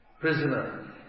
prisoner